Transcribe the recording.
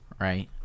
right